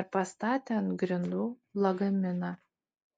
ir pastatė ant grindų lagaminą